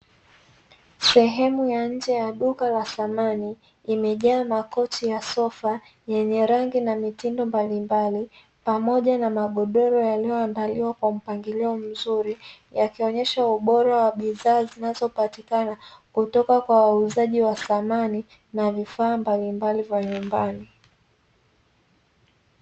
Sehemu ya nje ya duka la samani, limejaa makochi ya sofa yenye rangi na mitindo mbalimbali, pamoja na magodoro yaliyoandaliwa kwa mpangilio mzuri, yakionyesha ubora wa bidhaa zinazopatikana, kutoka wa wauzaji wa samani na vifaa mbalimbali vya nyumbani.